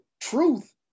truth